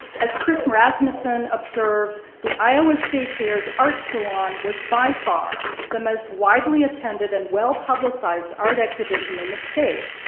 as chris rasmussen observes, the iowa state fair's art salon was by far the most widely attended and well-publicized art exhibition in the state,